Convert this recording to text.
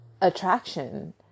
attraction